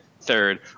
third